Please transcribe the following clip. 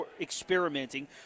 experimenting